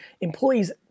employees